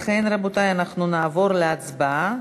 לכן, רבותי, אנחנו נעבור להצבעה,